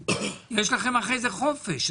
יש לכם אחרי זה חופש.